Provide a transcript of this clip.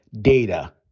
data